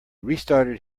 restarted